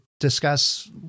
discuss